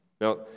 Now